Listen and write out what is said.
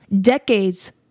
decades